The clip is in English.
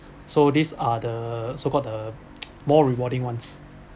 so these are the so called the more rewarding ones